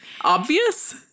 obvious